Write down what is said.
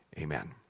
amen